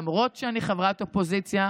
למרות שאני חברת אופוזיציה,